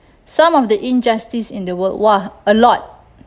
some of the injustice in the world !wah! a lot